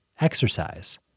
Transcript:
Exercise